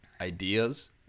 ideas